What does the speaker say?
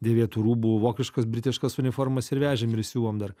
dėvėtų rūbų vokiškas britiškas uniformas ir vežėm ir siuvom dar